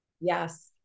Yes